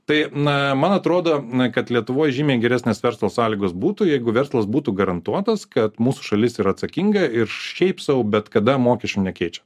tai na man atrodo kad lietuvoj žymiai geresnės verslo sąlygos būtų jeigu verslas būtų garantuotas kad mūsų šalis yra atsakinga ir šiaip sau bet kada mokesčių nekeičia